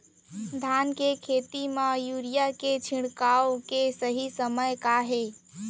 धान के खेती मा यूरिया के छिड़काओ के सही समय का हे?